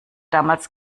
damals